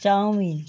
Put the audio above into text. chowmein